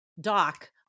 Doc